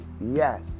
Yes